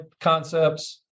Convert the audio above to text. concepts